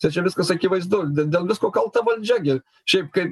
tai čia viskas akivaizdu dėl dėl visko kalta valdžia gi šiaip kaip